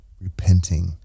repenting